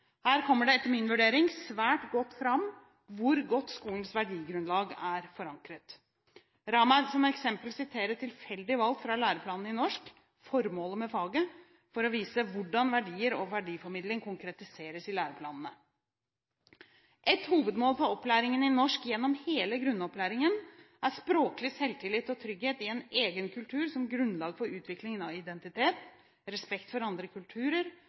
Her kommer det etter min vurdering svært godt fram hvor godt skolens verdigrunnlag er forankret. La meg som eksempel sitere, tilfeldig valgt fra læreplanen i norsk, formål med faget for å vise hvordan verdier og verdiformidling konkretiseres i læreplanene: «Et hovedmål for opplæringen i norsk gjennom hele grunnopplæringen er språklig selvtillit og trygghet i egen kultur som grunnlag for utvikling av identitet, respekt for andre kulturer,